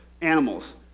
animals